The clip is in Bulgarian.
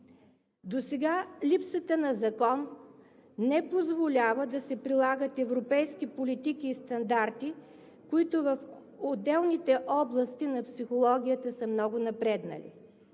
Досега липсата на закон не позволява да се прилагат европейски политики и стандарти, които в отделните области на психологията са много напреднали.